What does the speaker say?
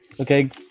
Okay